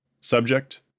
Subject